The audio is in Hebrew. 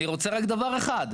אני רוצה רק דבר אחד.